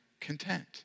content